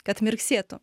kad mirksėtų